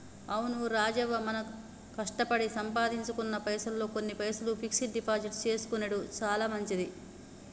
అవును రాజవ్వ మనం కష్టపడి సంపాదించుకున్న పైసల్లో కొన్ని పైసలు ఫిక్స్ డిపాజిట్ చేసుకొనెడు చాలా మంచిది